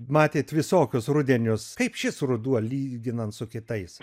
matėt visokius rudenius kaip šis ruduo lyginant su kitais